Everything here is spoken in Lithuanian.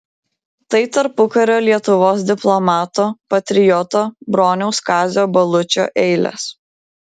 tai tarpukario lietuvos diplomato patrioto broniaus kazio balučio eilės